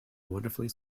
wonderfully